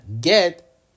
get